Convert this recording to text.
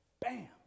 Bam